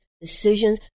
decisions